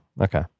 Okay